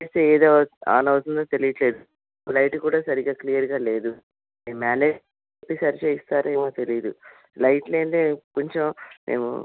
AC ఏది on అవుతుందో తెలియట్లేదు లైట్ కూడా సరిగా క్లియర్గా లేదు మీ మేనేజ్మెంట్ సరి చేయిస్తారేమో తెలియదు లైట్ లేనిదే కొంచెం మేము